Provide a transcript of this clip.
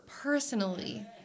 personally